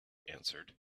answered